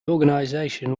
organisation